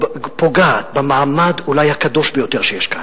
ופוגעת במעמד אולי הקדוש ביותר שיש כאן,